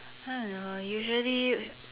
I don't know usually